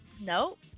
Nope